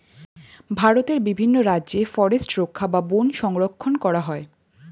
ভারতের বিভিন্ন রাজ্যে ফরেস্ট রক্ষা বা বন সংরক্ষণ করা হয়